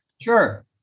Sure